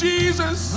Jesus